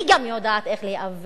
אני גם יודעת איך להיאבק,